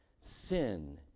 Sin